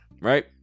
right